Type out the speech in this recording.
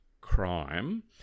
crime